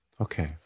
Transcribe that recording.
okay